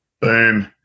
Boom